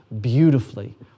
beautifully